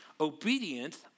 Obedience